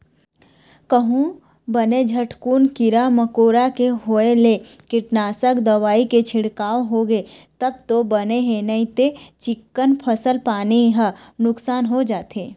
कहूँ बने झटकुन कीरा मकोरा के होय ले कीटनासक दवई के छिड़काव होगे तब तो बने हे नइते चिक्कन फसल पानी ह नुकसान हो जाथे